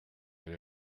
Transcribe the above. and